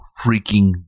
freaking